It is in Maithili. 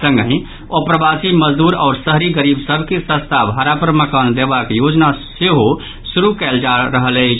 संगहि अप्रवासी मजदूर आओर शहरी गरीब सभ के सस्ता भाड़ा पर मकान देबाक योजना सेहो शुरू कयल जा रहल अछि